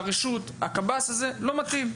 הקב״ס הזה לא מתאים״.